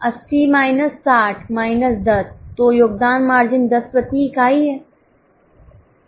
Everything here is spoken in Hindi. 80 माइनस 60 माइनस 10 तो योगदान मार्जिन 10 प्रति इकाईहै